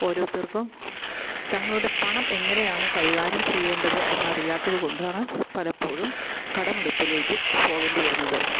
ഓരോരുത്തർക്കും തങ്ങളുടെ പണം എങ്ങനെയാണ് കൈകാര്യം ചെയ്യേണ്ടത് എന്നറിയാത്തത് കൊണ്ടാണ് പലപ്പോഴും കടമെടുപ്പിലേക്ക് പോകണ്ടി വരുന്നത്